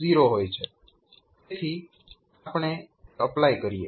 તેથી આપણે તે એપ્લાય કરીએ